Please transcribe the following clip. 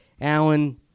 Allen